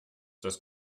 das